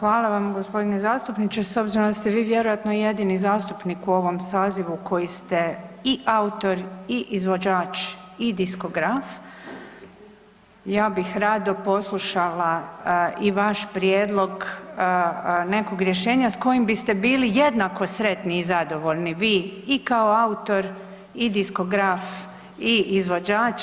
Hvala vam gospodine zastupničke, s obzirom da ste vi vjerojatno jednini zastupnik u ovom sazivu koji ste i autor i izvođač i diskograf ja bih rado poslušala i vaš prijedlog nekog rješenja s kojim biste bili jednako sretni i zadovoljni vi i kao autor i diskograf i izvođač.